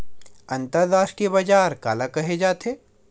अंतरराष्ट्रीय बजार काला कहे जाथे?